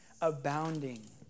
abounding